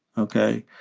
ok,